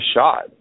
shot